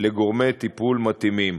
לגורמי טיפול מתאימים.